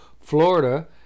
Florida